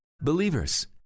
Believers